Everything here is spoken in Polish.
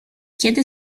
kiedy